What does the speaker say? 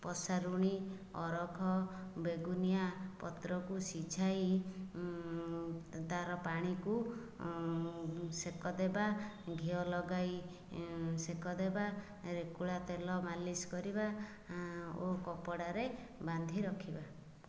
ପସାରୁଣୀ ଅରଖ ବେଗୁନିଆ ପତ୍ରକୁ ସିଝାଇ ତାର ପାଣିକୁ ଶେକ ଦେବା ଘିଅ ଲଗାଇ ଶେକ ଦେବା ରେକୁଳା ତେଲ ମାଲିସ୍ କରିବା ଓ କପଡ଼ାରେ ବାନ୍ଧି ରଖିବା